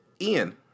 Ian